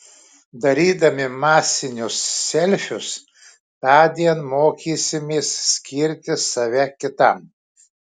darydami masinius selfius tądien mokysimės skirti save kitam